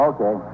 Okay